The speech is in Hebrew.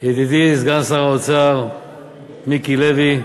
ידידי סגן שר האוצר מיקי לוי,